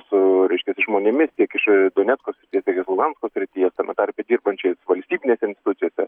su reiškias žmonėmis tiek iš donecko ir tiek iš luhansko srities tame tarpe dirbančiais valstybinėse institucijose